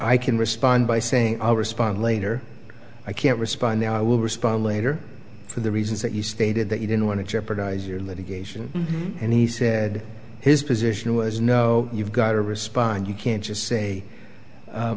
i can respond by saying i'll respond later i can't respond then i will respond later for the reasons that you stated that you didn't want to jeopardize your litigation and he said his position was no you've got to respond you can't just say